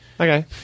Okay